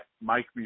Mike